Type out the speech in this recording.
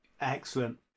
Excellent